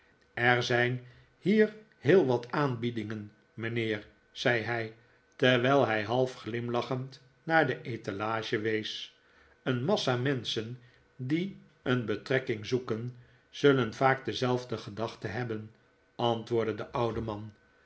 er zijn hier heel wat aanbiedingen miinheer zei hij terwijl hij half glihilachend naar de etalage wees een massa menschen die een betrekking zoeken zullen vaak hetzelfde gedacht hebben antwoordde de oude man